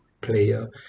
player